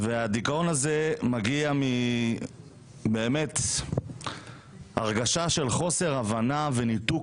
הדיכאון הזה מגיע באמת מהרגשה של חוסר הבנה וניתוק